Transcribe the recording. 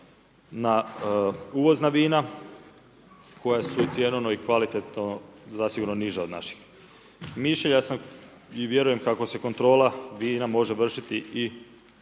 na uvozna vina koja su cjenovno i kvalitetno zasigurno niža od naših. Mišljenja sam i vjerujem kako se kontrola vina može vršiti i